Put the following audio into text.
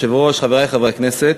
אדוני היושב-ראש, חברי חברי הכנסת,